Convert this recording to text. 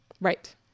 Right